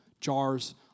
jars